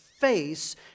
face